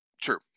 True